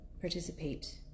participate